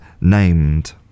named